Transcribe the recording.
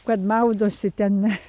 kad maudosi ten